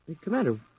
Commander